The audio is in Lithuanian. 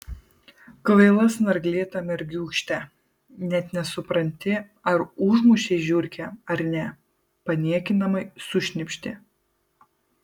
kvaila snarglėta mergiūkšte net nesupranti ar užmušei žiurkę ar ne paniekinamai sušnypštė